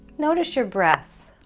notice your breath